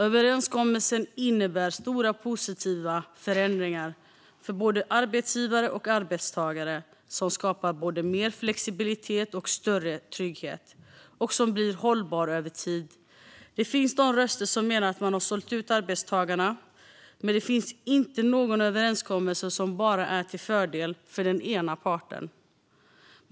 Överenskommelsen innebär stora positiva förändringar för både arbetsgivare och arbetstagare som skapar både mer flexibilitet och större trygghet och som blir hållbara över tid. Det finns röster som menar att man har sålt ut arbetstagarna, men det finns inte någon överenskommelse som bara är till fördel för den ena parten.